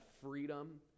freedom